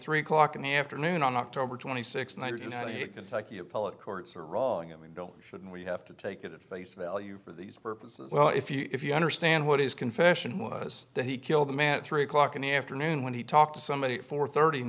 three o'clock in the afternoon on october twenty sixth one or two kentucky appellate courts are wrong i mean don't we shouldn't we have to take it at face value for these purposes well if you if you understand what his confession was that he killed the man at three o'clock in the afternoon when he talked to somebody at four thirty in